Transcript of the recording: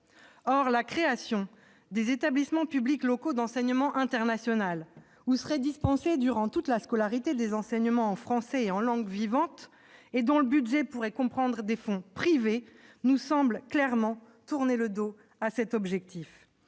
Or la création des établissements publics locaux d'enseignement international, où seraient dispensés, durant toute la scolarité, des enseignements en français et en langue vivante et dont le budget pourrait comprendre des dons privés, nous semble clairement tourner le dos à cet objectif.